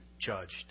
judged